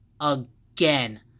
Again